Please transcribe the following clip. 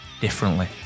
differently